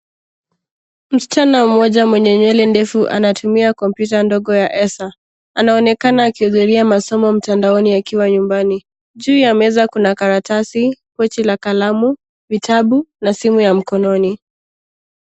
Msichana mmoja mwenye nywele ndefu anatumia kompyuta ndogo. Anaonekana akuhudhuria masomo mtandaoni akiwa nyumbani . Juu ya meza kuna karatasi, pochi la kalamu, vitabu na simu ya mkononi.